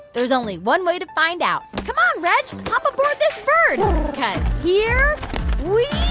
there's only one way to find out. come on, reg. hop aboard this bird cause here we